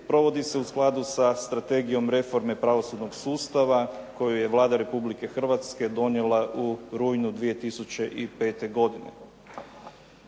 provodi se u skladu sa strategijom reforme pravosudnog sustava koju je Vlada Republike Hrvatske donijela u rujnu 2005.godine.